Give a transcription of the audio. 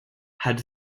had